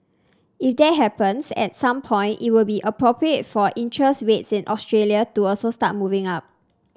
if that happens at some point it will be appropriate for interest rates in Australia to also start moving up